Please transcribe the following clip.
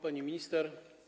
Pani Minister!